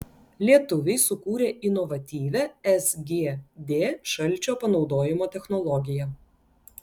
lietuviai sukūrė inovatyvią sgd šalčio panaudojimo technologiją